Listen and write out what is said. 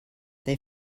they